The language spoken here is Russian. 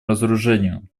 разоружению